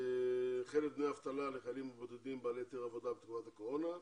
חלף דמי אבטלה לחיילים בודדים בעלי היתר עבודה בתקופת הקורונה,